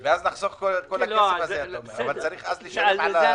אבל זה לא אומר שיקבל הכול.